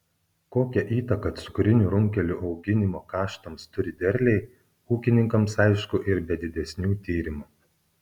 kokią įtaką cukrinių runkelių auginimo kaštams turi derliai ūkininkams aišku ir be didesnių tyrimų